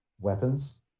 weapons